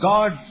God